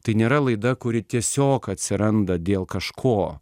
tai nėra laida kuri tiesiog atsiranda dėl kažko